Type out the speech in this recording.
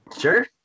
sure